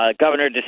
Governor